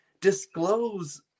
disclose